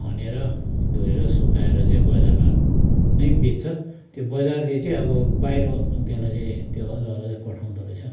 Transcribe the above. खनेर धुएर सुकाएर चाहिँ बजारमा नै बेच्छ त्यो बजारले चाहिँ अब बाहिर त्यसलाई चाहिँ त्यो अदुवालाई चाहिँ पठाउँदो रहेछ